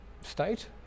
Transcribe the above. state